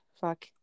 fuck